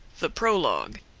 the prologue.